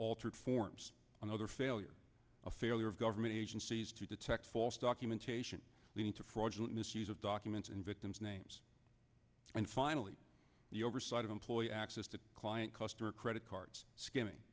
altered forms another failure a failure of government agencies to detect false documentation leading to fraudulent misuse of documents in victims names and finally the oversight of employee access to client customer credit cards ski